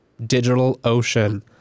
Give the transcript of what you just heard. DigitalOcean